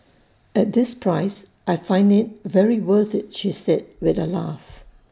at this price I find IT very worth IT she said with A laugh